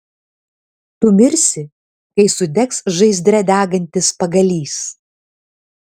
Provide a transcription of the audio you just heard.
tu mirsi kai sudegs žaizdre degantis pagalys